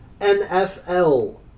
NFL